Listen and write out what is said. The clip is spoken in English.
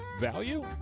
value